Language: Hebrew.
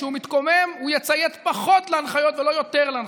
וכשהוא מתקומם הוא יציית פחות להנחיות ולא יותר להנחיות.